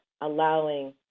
allowing